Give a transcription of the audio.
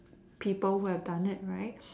people who have done it right